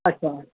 اچھا